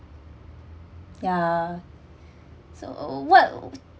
ya so what